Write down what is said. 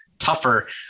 tougher